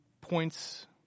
points